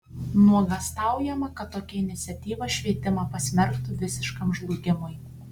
nuogąstaujama kad tokia iniciatyva švietimą pasmerktų visiškam žlugimui